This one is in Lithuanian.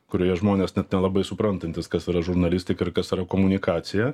kurioje žmonės net nelabai suprantantys kas yra žurnalistika ir kas yra komunikacija